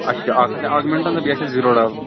اچھا اَکھ آسہِ ہا آگمینٛٹَن بیٚیہِ آسہِ ہا زیٖروڈال